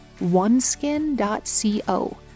oneskin.co